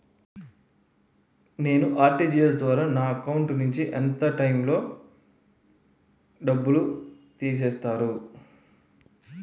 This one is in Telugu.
నేను ఆ.ర్టి.జి.ఎస్ ద్వారా నా అకౌంట్ నుంచి ఎంత టైం లో నన్ను తిసేస్తారు?